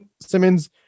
Simmons